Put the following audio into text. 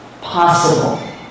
possible